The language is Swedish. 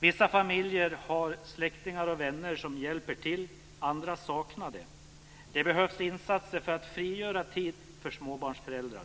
Vissa familjer har släktingar och vänner som hjälper till, andra saknar det. Det behövs insatser för att frigöra tid för småbarnsföräldrar.